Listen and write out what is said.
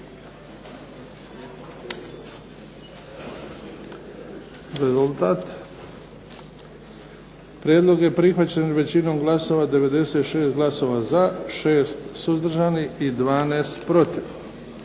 je prihvaćen većinom glasova, 78 glasova za, 10 suzdržanih i 21 protiv.